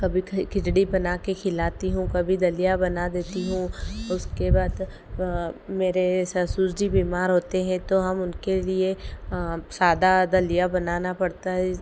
कभी खि खिचड़ी बना के खिलाती हूँ कभी दलिया बना देती हूँ उसके बाद मेरे ससुर जी बीमार होते हैं तो हम उनके लिए सादा दलिया बनाना पड़ता है